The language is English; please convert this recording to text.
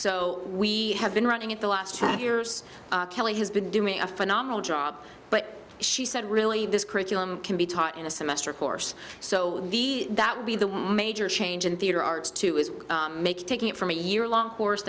so we have been running it the last two years kelly has been doing a phenomenal job but she said really this curriculum can be taught in a semester course so the that would be the major change in theater arts too is taking it from a year long course